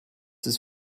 his